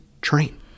train